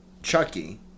Chucky